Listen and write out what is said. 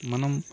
మనం